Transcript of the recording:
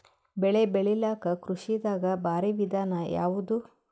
ಬೆಳೆ ಬೆಳಿಲಾಕ ಕೃಷಿ ದಾಗ ಭಾರಿ ವಿಧಾನ ಯಾವುದು?